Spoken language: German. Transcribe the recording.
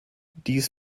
dies